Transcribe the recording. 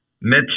Mitch